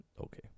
Okay